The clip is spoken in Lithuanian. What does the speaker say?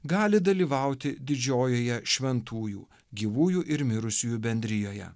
gali dalyvauti didžiojoje šventųjų gyvųjų ir mirusiųjų bendrijoje